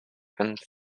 and